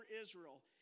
Israel